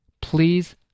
Please